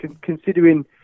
considering